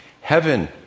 Heaven